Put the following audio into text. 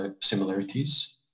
similarities